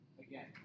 Again